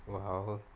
!wow!